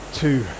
two